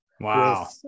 wow